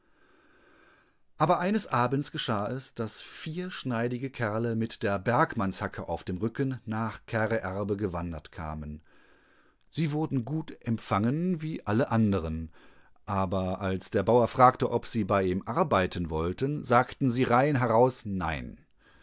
aber eines abends geschah es daß vier schneidige kerle mit der bergmannshacke auf dem rücken nach kreerbe gewandert kamen sie wurdengutempfangenwiealleanderen aberalsderbauerfragte obsiebei ihm arbeiten wollten sagten sie rein heraus nein